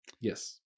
Yes